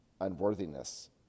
unworthiness